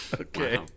Okay